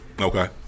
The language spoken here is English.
Okay